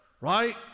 right